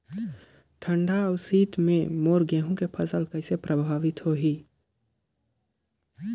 ठंडा अउ शीत मे मोर गहूं के फसल कइसे प्रभावित होही?